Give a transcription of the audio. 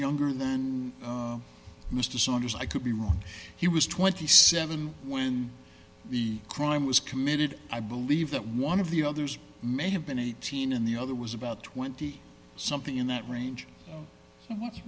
younger than mr saunders i could be wrong he was twenty seven when the crime was committed i believe that one of the others may have been eighteen and the other was about twenty something in that range what's